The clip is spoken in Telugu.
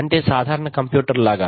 అంటే సాధారణ కంప్యూటర్ లాగా